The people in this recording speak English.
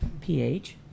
pH